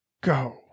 Go